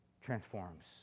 transforms